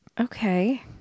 Okay